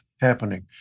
happening